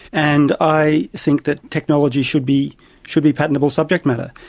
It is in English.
and i think that technology should be should be patentable subject matter.